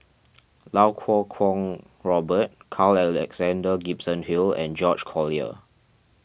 Iau Kuo Kwong Robert Carl Alexander Gibson Hill and George Collyer